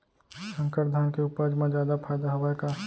संकर धान के उपज मा जादा फायदा हवय का?